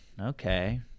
Okay